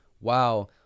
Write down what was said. wow